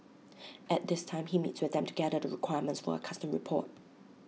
at this time he meets with them to gather the requirements for A custom report